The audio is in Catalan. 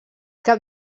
cap